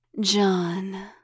John